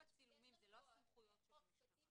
אנחנו באים